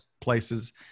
places